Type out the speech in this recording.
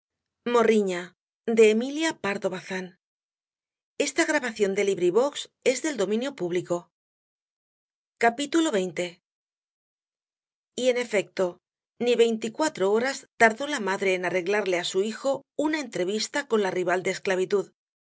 en efecto ni veinticuatro horas tardó la madre en arreglarle á su hijo una entrevista con la rival de esclavitud